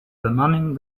bemanning